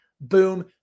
boom